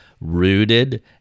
rooted